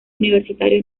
universitario